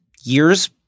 years